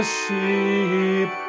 sheep